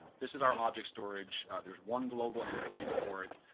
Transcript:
this is our object storage. there's one global end point for it.